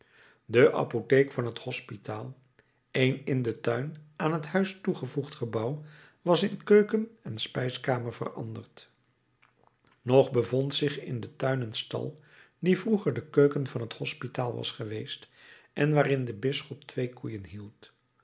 de apotheek van het hospitaal een in den tuin aan het huis toegevoegd gebouw was in keuken en spijskamer veranderd nog bevond zich in den tuin een stal die vroeger de keuken van het hospitaal was geweest en waarin de bisschop twee koeien hield